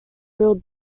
real